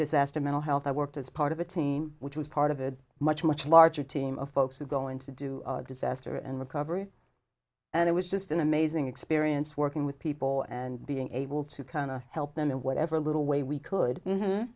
disaster mental health i worked as part of a team which was part of a much much larger team of folks who are going to do disaster and recovery and it was just an amazing experience working with people and being able to kind of help them in whatever little way we could